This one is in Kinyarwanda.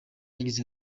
yagize